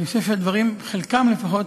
אני חושב שהדברים, חלקם לפחות,